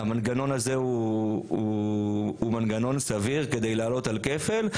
והמנגנון הזה הוא מנגנון סביר כדי לעלות על כפל.